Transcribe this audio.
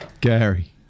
Gary